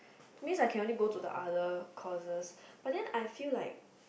means I can only go into like other courses but then I feel like